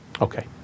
okay